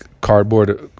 cardboard